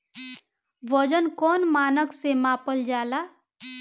वजन कौन मानक से मापल जाला?